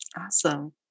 Awesome